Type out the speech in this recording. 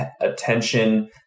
attention